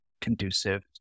conducive